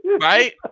Right